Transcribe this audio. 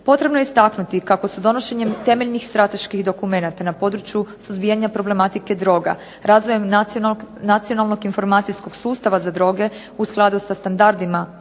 Potrebno je istaknuti kako se donošenjem temeljnih strateških dokumenata na području suzbijanje zlouporabe droga, razvojem nacionalnog informacijskog sustava za droge u skladu sa standardima